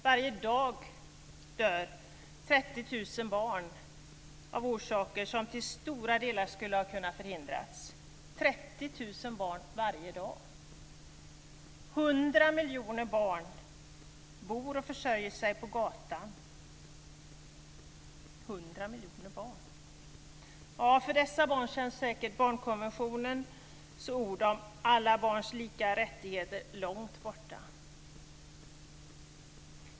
Varje dag dör 30 000 barn av orsaker som till stora delar skulle ha kunnat förhindras. 30 000 barn dör varje dag. 100 miljoner barn bor och försörjer sig på gatan - 100 miljoner barn. För dessa barn känns säkert barnkonventionens ord om alla barns lika rättigheter långt borta.